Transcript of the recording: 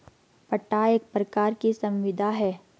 पट्टा एक प्रकार की संविदा है